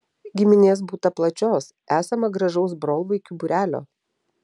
giminės būta plačios esama gražaus brolvaikių būrelio